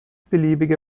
beliebige